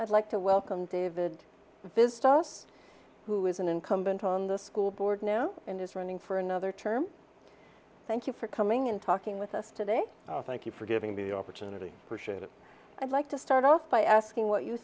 i'd like to welcome david this boss who is an incumbent on the school board now and is running for another term thank you for coming and talking with us today thank you for giving the opportunity to push it i'd like to start off by asking what you